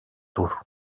tour